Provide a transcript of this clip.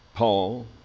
Paul